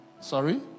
sorry